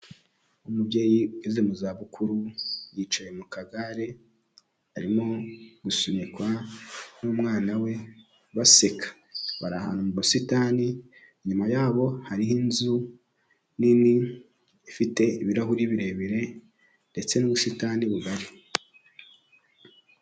Umubyeyi ugeze mu zabukuru, yicaye mu kagare arimo gusunikwa n'umwana we baseka, bari ahantu mu busitani, inyuma yabo hariho inzu nini ifite ibirahuri birebire ndetse n'ubusitani bugari.